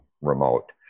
remote